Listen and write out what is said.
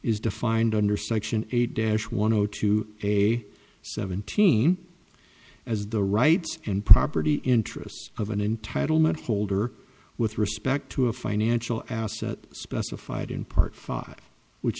is defined under section eight dash one zero two a seventeen as the rights and property interests of an entitlement holder with respect to a financial asset specified in part five which